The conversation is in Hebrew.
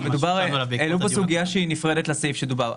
העלו כאן סוגיה שהיא נפרדת לסעיף בו דובר.